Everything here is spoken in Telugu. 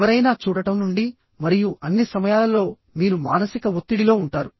ఎవరైనా చూడటం నుండి మరియు అన్ని సమయాలలో మీరు మానసిక ఒత్తిడిలో ఉంటారు